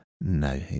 no